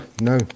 no